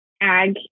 ag